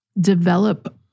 develop